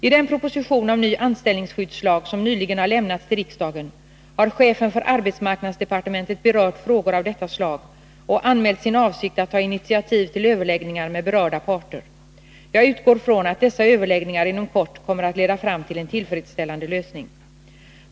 I den proposition om ny anställningsskyddslag som nyligen har lämnats till riksdagen har chefen för arbetsmarknadsdepartementet berört frågor av detta slag och anmält sin avsikt att ta initiativ till överläggningar med berörda parter. Jag utgår från att dessa överläggningar inom kort kommer att leda fram till en tillfredsställande lösning.